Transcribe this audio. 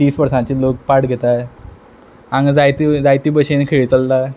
तीस वर्सांचे लोक पार्ट घेता हांगा जायती जायते भशेन खेळ चल्ला